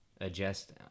adjust